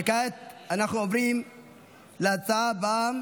אנחנו עוברים להצעה הבאה